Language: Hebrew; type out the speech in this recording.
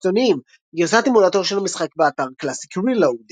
חיצוניים גרסת אמולטור של המשחק באתר ClassicReload.